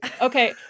Okay